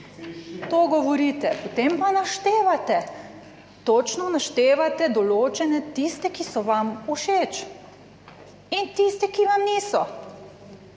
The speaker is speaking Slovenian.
To govorite, potem pa naštevate, točno naštevate določene tiste, ki so vam všeč in tiste, ki vam niso.